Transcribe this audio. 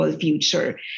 future